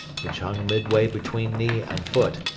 which hung midway between knee and foot,